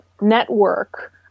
network